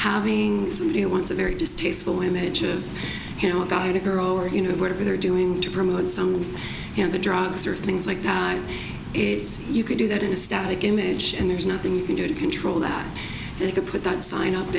having somebody who wants a very distasteful image of you know about a grower you know whatever they're doing to promote some of the drugs or things like that you could do that in a static image and there's nothing you can do to control that they could put that sign up